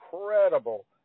incredible